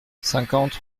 cinquante